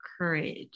courage